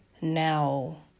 now